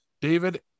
David